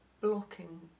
blocking